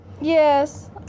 Yes